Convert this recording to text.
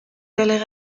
del